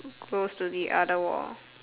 close to the other wall